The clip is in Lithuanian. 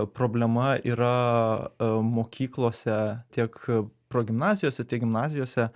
problema yra mokyklose tiek progimnazijose tiek gimnazijose